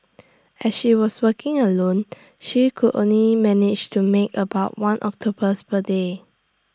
as she was working alone she could only manage to make about one octopus per day